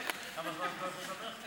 כמה זמן את הולכת לדבר?